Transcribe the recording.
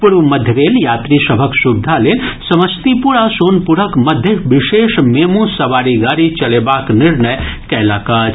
पूर्व मध्य रेल यात्री सभक सुविधा लेल समस्तीपुर आ सोनपुरक मध्य विशेष मेमू सवारी गाड़ी चलेबाक निर्णय कयलक अछि